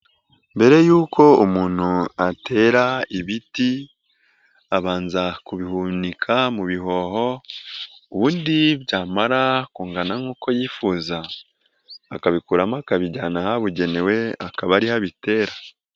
Mbere y'uko umuntu atera ibiti abanza kubihunika mu bihoho ubundi byamara kungana nk'uko yifuza akabikuramo akabijyana ahabugenewe akaba ariho abitera.